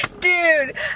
Dude